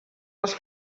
les